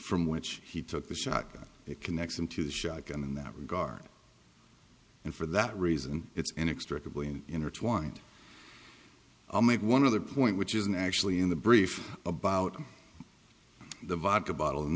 from which he took the shotgun it connects him to the shotgun in that regard and for that reason it's an extra complaint intertwined i'll make one other point which isn't actually in the brief about the vodka bottle and